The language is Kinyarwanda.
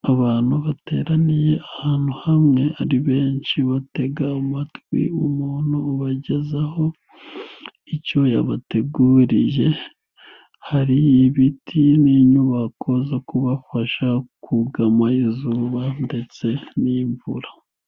Abantu bateraniye ahantu hamwe, hari benshi batega amatwi umuntu ubagezaho icyo yabateguriye, hari ibiti n'inyubako zo kubafasha kugama izuba ndetse n'imvura.